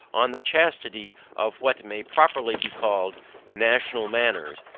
on the chastity of what may properly be called national manners,